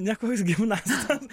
ne koks gimnastas